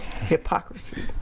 hypocrisy